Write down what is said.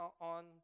on